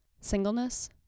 Singleness